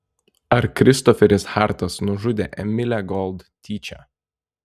ar kristoferis hartas nužudė emilę gold tyčia